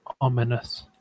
Ominous